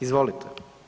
Izvolite.